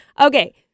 Okay